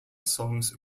songs